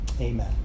Amen